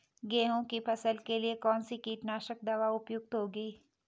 गेहूँ की फसल के लिए कौन सी कीटनाशक दवा उपयुक्त होगी?